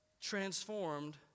transformed